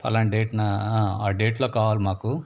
పలాను డేటున ఆ డేట్లో కావాలి మాకు